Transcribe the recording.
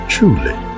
Truly